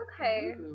Okay